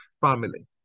family